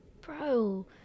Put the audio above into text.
Bro